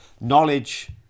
knowledge